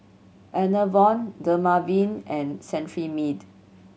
Enervon Dermaveen and Cetrimide